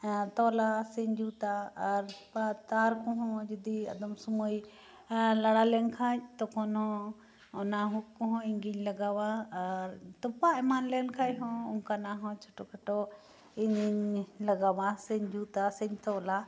ᱛᱚᱞᱟ ᱥᱮᱧ ᱡᱩᱛᱟ ᱟᱨ ᱚᱱᱠᱟ ᱛᱟᱨ ᱠᱚᱦᱚᱸ ᱡᱚᱫᱤ ᱟᱫᱚᱢ ᱥᱩᱢᱟᱹᱭ ᱞᱟᱲᱟ ᱞᱮᱱᱠᱷᱟᱡ ᱛᱚᱠᱷᱚᱱ ᱦᱚᱸ ᱚᱱᱟ ᱦᱩᱠ ᱠᱚᱦᱚᱸ ᱤᱧᱜᱤᱧ ᱞᱟᱜᱟᱣᱟ ᱟᱨ ᱛᱚᱯᱟᱜ ᱮᱢᱟᱱ ᱞᱮᱱᱠᱷᱟᱡ ᱦᱚᱸ ᱚᱱᱠᱟᱱᱟᱜ ᱦᱚᱸ ᱪᱷᱚᱴᱚ ᱠᱷᱟᱴᱚ ᱤᱧ ᱤᱧ ᱞᱟᱜᱟᱣᱟ ᱥᱮᱧ ᱡᱩᱛᱟ ᱥᱮᱧ ᱛᱚᱞᱟ